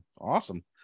awesome